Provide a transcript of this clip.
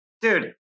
Dude